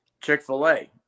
Chick-fil-A